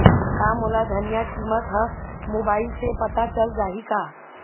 का मोला धनिया किमत ह मुबाइल से पता चल जाही का?